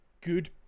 good